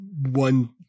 one –